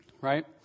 right